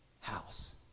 house